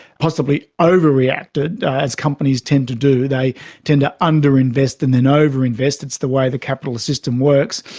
possibly overreacted as companies tend to do, they tend to underinvest and then overinvest, it's the way the capitalist system works.